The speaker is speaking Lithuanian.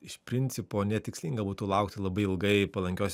iš principo netikslinga būtų laukti labai ilgai palankios